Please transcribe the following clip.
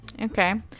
Okay